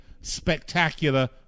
spectacular